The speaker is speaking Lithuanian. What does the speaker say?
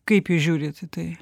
kaip jūs žiūrit į tai